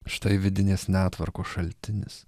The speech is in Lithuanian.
štai vidinės netvarkos šaltinis